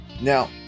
Now